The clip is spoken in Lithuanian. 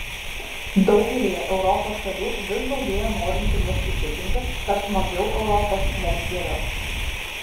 daugelyje europos šalių vis daugėja norinčių mus įtikinti kad mažiau europos mums geriau